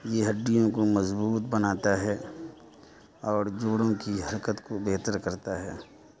یہ ہڈیوں کو مضبوط بناتا ہے اور جوڑوں کی حرکت کو بہتر کرتا ہے